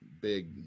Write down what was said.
big